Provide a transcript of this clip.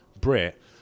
brit